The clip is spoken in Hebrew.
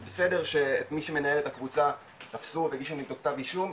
אז בסדר שמי שמנהל את הקבוצה תפסו והגישו נגדו כתב אישום,